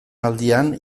aldian